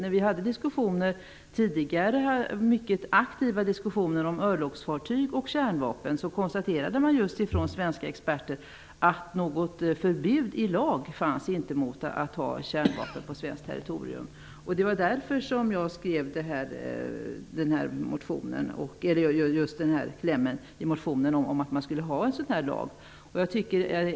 När vi tidigare hade mycket aktiva diskussioner om örlogsfartyg och kärnvapen konstaterade svenska experter just att något förbud i lag inte fanns mot att ha kärnvapen på svenskt territorium. Det var därför som jag i motionen skrev just den här klämmen om att man skulle ha en sådan lag.